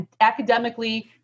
academically